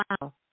Wow